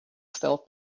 felt